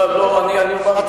אני אומר לא, משתי סיבות.